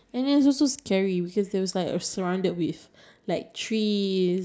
wait wait anyway let me think let me think no no